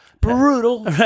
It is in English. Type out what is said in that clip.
Brutal